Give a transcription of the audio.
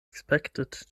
expected